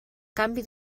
canvi